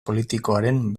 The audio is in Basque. politikoaren